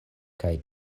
kaj